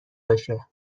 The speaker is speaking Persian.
باشه